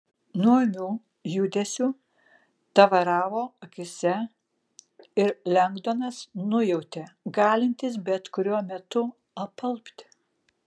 nuo ūmių judesių tavaravo akyse ir lengdonas nujautė galintis bet kuriuo metu apalpti